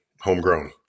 homegrown